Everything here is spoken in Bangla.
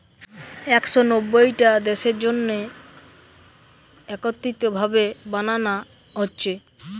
একশ নব্বইটা দেশের জন্যে একত্রিত ভাবে বানানা হচ্ছে